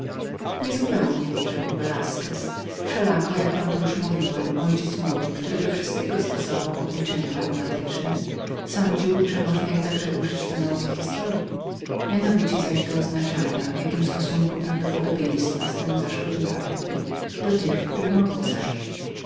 kabalista niezupełnie rzekł velasquez wszelako jak wam to już mówiłem mój ojciec który do wszystkiego zastosowywał wyrachowanie sądził że można go także użyć do nauki historyi mianowicie zaś do oznaczenia w jakim stosunku zaszłe wypadki stawiają się prawdopodobnie do tych które mogły zajść